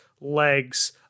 legs